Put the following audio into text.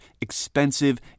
expensive